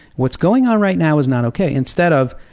what's going on right now is not okay, instead of,